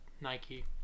Nike